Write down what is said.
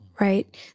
right